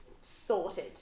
sorted